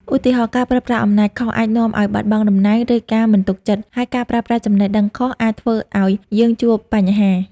ឧទាហរណ៍៖ ការប្រើប្រាស់អំណាចខុស អាចនាំឲ្យបាត់បង់តំណែង ឬការមិនទុកចិត្ត ហើយការប្រើប្រាស់ចំណេះដឹងខុស អាចធ្វើឲ្យយើងជួបបញ្ហា។